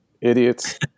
Idiots